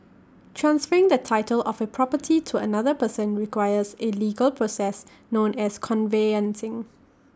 transferring the title of A property to another person requires A legal process known as conveyancing